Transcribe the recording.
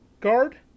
guard